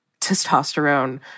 testosterone